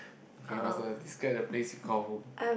can you faster describe the place you call home